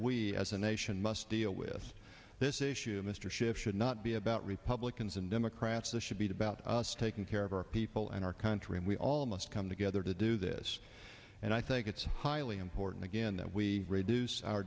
we as a nation must deal with this issue mr schiff should not be about republicans and democrats that should be about us taking care of our people and our country and we all must come together to do this and i think it's highly important again that we reduce our